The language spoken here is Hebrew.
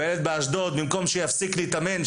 וילד באשדוד במקום שיפסיק להתאמן,